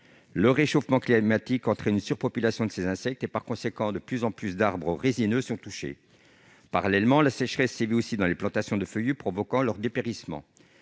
Le réchauffement climatique entraîne une surpopulation de ces insectes, de plus en plus d'arbres résineux sont touchés. Parallèlement, la sécheresse sévit dans les plantations de feuillus, provoquant leur dépérissement.